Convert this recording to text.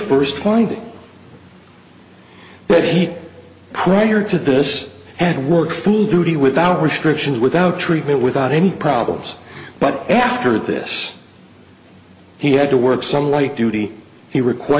first finding but he prior to this had worked full duty without restrictions without treatment without any problems but after this he had to work some light duty he require